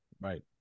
right